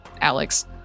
Alex